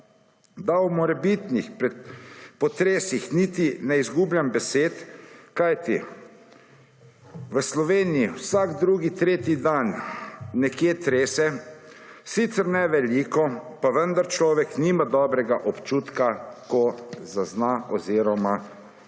Da o morebitnih potresih niti ne izgubljam besed kajti v Sloveniji vsaj drugi, tretji dan nekje trese sicer ne veliko pa vendar človek nima dobrega občutka, ko zazna oziroma